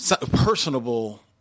personable